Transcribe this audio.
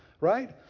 Right